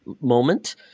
moment